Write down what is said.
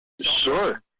Sure